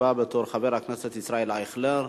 הבא בתור, חבר הכנסת ישראל אייכלר,